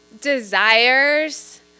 desires